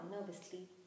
nervously